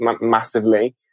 massively